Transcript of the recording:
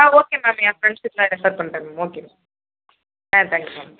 ஆ okay ma'am ஏ ஃப்ரெண்ட்ஸுக்கெல்லாம் refer பண்ணுறேன் மேம் ஓகே மேம் ஆ தேங்க்ஸ் மேம்